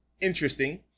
interesting